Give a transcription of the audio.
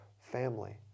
family